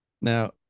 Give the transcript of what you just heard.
now